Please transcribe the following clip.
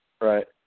Right